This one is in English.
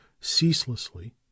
Ceaselessly